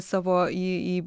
savo į į